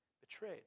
betrayed